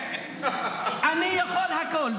אני יכול הכול.